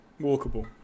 walkable